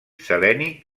seleni